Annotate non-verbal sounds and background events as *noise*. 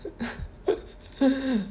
*laughs*